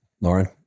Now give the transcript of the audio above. Lauren